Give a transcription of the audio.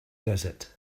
desert